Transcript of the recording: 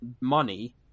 money